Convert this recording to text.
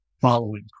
following